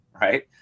right